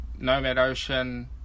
Nomadocean